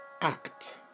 act